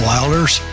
Wilders